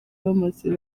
bamaze